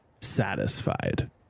satisfied